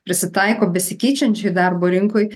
prisitaiko besikeičiančioj darbo rinkoj